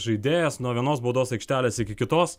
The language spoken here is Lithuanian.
žaidėjas nuo vienos baudos aikštelės iki kitos